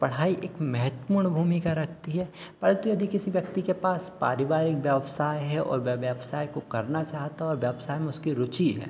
पढ़ाई एक महत्वपूर्ण भूमिका रहती है पर तो यदि किसी व्यक्ति के पास पारिवारिक व्यवसाय है और व्यवसाय को करना चाहता है और व्यवसाय में उसके रूचि है